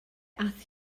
aeth